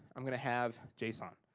i'm gonna have json.